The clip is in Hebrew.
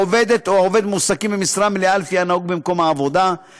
3. העובדת או העובד מועסקים במשרה מלאה לפי הנהוג במקום עבודתם,